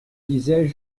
disais